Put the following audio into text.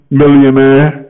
millionaire